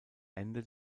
ende